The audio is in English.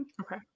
Okay